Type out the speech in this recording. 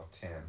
ten